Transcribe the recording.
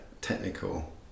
technical